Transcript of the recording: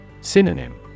Synonym